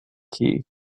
key